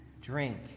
drink